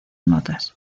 notas